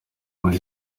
muri